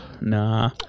nah